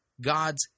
God's